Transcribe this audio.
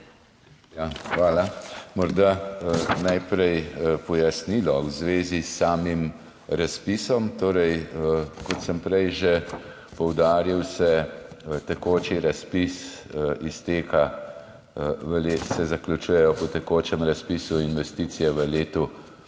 Hvala. Morda najprej pojasnilo v zvezi s samim razpisom, kot sem prej že poudaril, se tekoči razpis izteka, se zaključujejo po tekočem razpisu investicije v letu